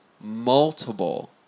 multiple